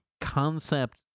concept